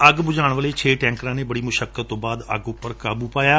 ਅੱਗ ਬੁਝਾਉਣ ਵਾਲੇ ਛੇ ਟੈਂਕਰਾਂ ਨੇ ਬੜੀ ਮਸ਼ੱਕਤ ਤੋਂ ਬਾਅਦ ਅੱਗ ਉਂਪਰ ਕਾਬੂ ਪਾਇਆ